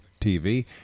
TV